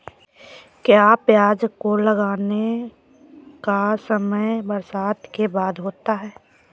क्या प्याज को लगाने का समय बरसात के बाद होता है?